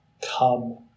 come